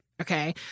okay